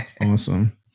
Awesome